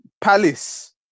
Palace